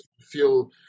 feel